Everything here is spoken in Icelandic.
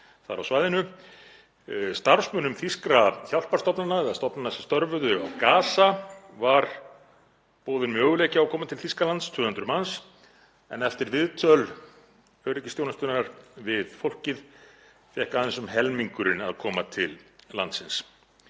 þar á svæðinu. Starfsmönnum þýskra hjálparstofnana eða stofnana sem störfuðu á Gaza var boðinn möguleiki á að koma til Þýskalands, 200 manns, en eftir viðtöl öryggisþjónustunnar við fólkið fékk aðeins um helmingurinn að koma til landsins.